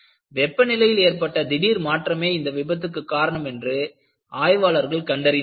வெப்ப நிலையில் ஏற்பட்ட திடீர் மாற்றமே இந்த விபத்திற்கு காரணம் என்று ஆய்வாளர்கள் கண்டறிந்தார்கள்